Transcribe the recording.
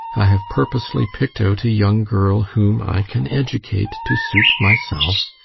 i have purposely picked out a young girl whom i can educate to suit myself.